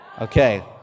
Okay